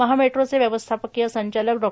महामेट्रोचे व्यवस्थापकीय संचालक डॉ